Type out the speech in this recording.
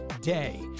day